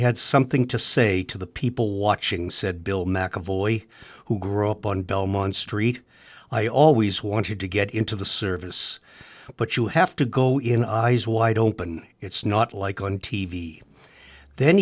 had something to say to the people watching said bill mcavoy who grew up on belmont street i always wanted to get into the service but you have to go in eyes wide open it's not like on t v then